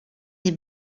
des